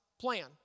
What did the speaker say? plan